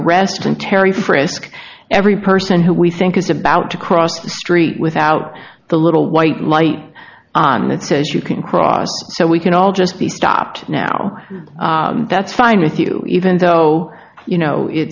st and terry frisk every person who we think is about to cross the street without the little white light on that says you can cross so we can all just be stopped now that's fine with you even though you know it